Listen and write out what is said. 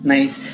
Nice